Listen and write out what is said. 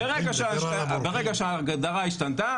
ברגע שההגדרה השתנתה,